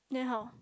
then how